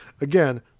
Again